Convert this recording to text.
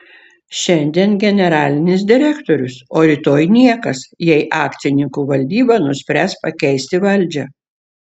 šiandien generalinis direktorius o rytoj niekas jei akcininkų valdyba nuspręs pakeisti valdžią